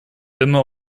immer